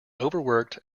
overworked